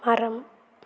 மரம்